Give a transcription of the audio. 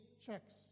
checks